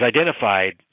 identified